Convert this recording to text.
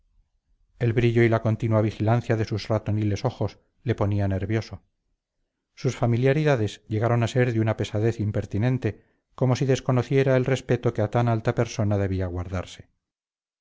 el brillo y la continua vigilancia de sus ratoniles ojos le ponía nervioso sus familiaridades llegaron a ser de una pesadez impertinente como si desconociera el respeto que a tan alta persona debía guardarse